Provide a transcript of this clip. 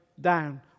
down